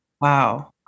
Wow